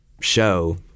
show